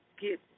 get